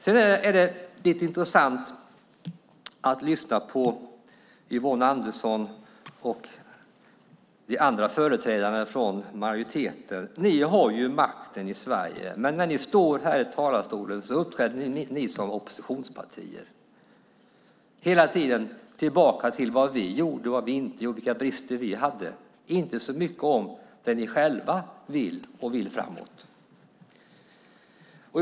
Det är lite intressant att lyssna på Yvonne Andersson och de andra företrädarna från majoriteten. Ni har makten i Sverige. Men när ni står här i talarstolen uppträder ni som oppositionspartier. Ni kommer hela tiden tillbaka till vad vi gjorde och vad vi inte gjorde och vilka brister som vi hade. Ni talar inte så mycket om vad ni själva vill framöver.